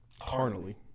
carnally